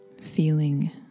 Feeling